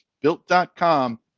Built.com